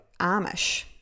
Amish